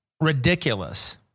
ridiculous